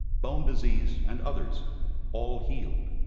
bone disease, and others all healed.